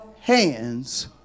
hands